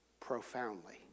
profoundly